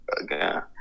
again